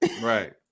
Right